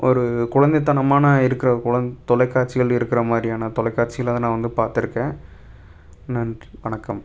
ஒரு குழந்தை தனமான இருக்கிற குழந்தை தொலை க்காட்சிகள் இருக்கிற மாதிரியான தொலைக்காட்சிகளை நான் வந்து பார்த்துருக்கேன் நன்றி வணக்கம்